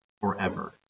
forever